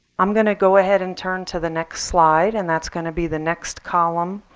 i'm going to go ahead and turn to the next slide and that's going to be the next column.